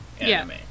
anime